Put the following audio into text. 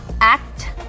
Act